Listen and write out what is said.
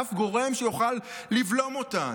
אף גורם שיוכל לבלום אותן.